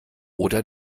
oder